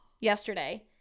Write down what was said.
yesterday